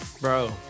Bro